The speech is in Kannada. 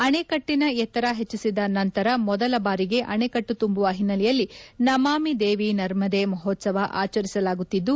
ಅಣೆಕಟ್ಟನ ಎತ್ತರ ಹೆಚ್ಚಿಸಿದ ನಂತರ ಮೊದಲ ಬಾರಿಗೆ ಅಣೆಕಟ್ಟು ತುಂಬುವ ಹಿನ್ನೆಲೆಯಲ್ಲಿ ನಮಾಮಿ ದೇವಿ ನರ್ಮದೇ ಮಹೋತ್ಸವ ಆಚರಿಸಲಾಗುತ್ತಿದ್ದು